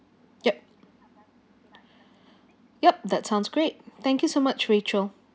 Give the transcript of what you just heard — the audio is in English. yup yup that sounds great thank you so much rachel